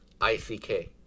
I-C-K